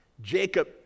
Jacob